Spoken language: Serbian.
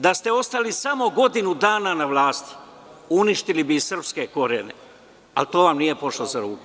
Da ste ostali samo godinu dana na vlasti, uništili bi i srpske korene, ali to vam nije pošlo za rukom.